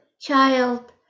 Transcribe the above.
child